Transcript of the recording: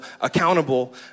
accountable